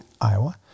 Iowa